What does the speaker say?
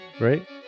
right